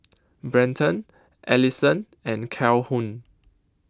Brenton Alyson and Calhoun